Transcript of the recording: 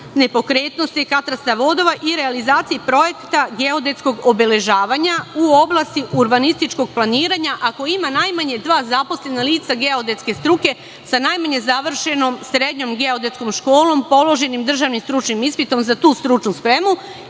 nepokretnosti, katastra vodova i realizaciji projekta geodetskog obeležavanja u oblasti urbanističkog planiranja, ako ima najmanje dva zaposlena lica geodetske struke, sa najmanje završenom srednjom geodetskom školom, položenim državnim stručnim ispitom za tu stručnu spremu